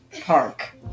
park